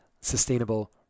sustainable